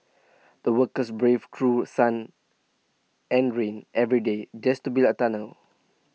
the workers braved through sun and rain every day just to build the tunnel